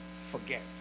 forget